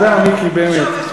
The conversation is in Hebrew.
אתה הסברת הכי טוב מכולם.